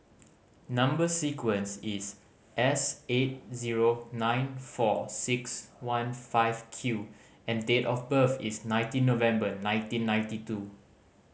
number sequence is S eight zero nine four six one five Q and date of birth is nineteen November nineteen ninety two